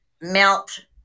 melt